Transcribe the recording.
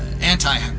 Anti-